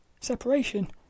separation